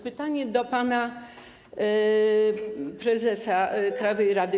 Pytanie do pana prezesa krajowej rady: